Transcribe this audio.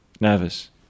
Nervous